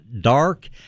dark